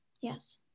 Yes